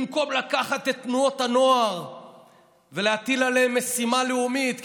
במקום לקחת את תנועות הנוער ולהטיל עליהן משימה לאומית,